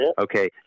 Okay